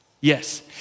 Yes